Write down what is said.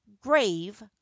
grave